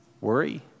worry